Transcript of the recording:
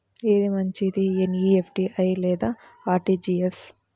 ఏది మంచి ఎన్.ఈ.ఎఫ్.టీ లేదా అర్.టీ.జీ.ఎస్?